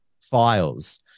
files